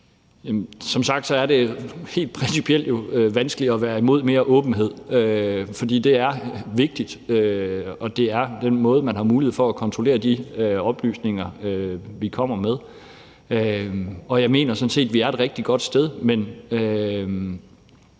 jo helt principielt vanskeligt at være imod mere åbenhed. For det er vigtigt, og det er den måde, man har mulighed for at kontrollere de oplysninger, vi kommer med, på. Jeg mener sådan set, at vi er et rigtig godt sted, men